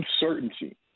uncertainty